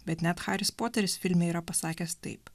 bet net haris poteris filme yra pasakęs taip